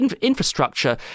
infrastructure